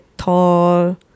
Tall